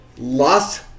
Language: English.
lost